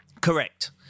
Correct